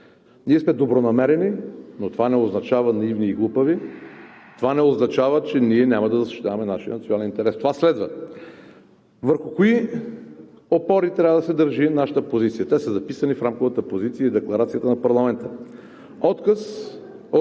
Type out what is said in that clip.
Ние сме добронамерени, но това не означава наивни и глупави. Това не означава, че ние няма да защитаваме нашия национален интерес. Това следва. Върху кои опори трябва да се държи нашата позиция? Те са записани в Рамковата позиция и Декларацията на парламента: отказ